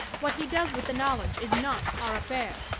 what he does with the knowledge is not our affair.